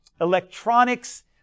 electronics